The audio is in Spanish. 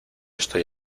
estoy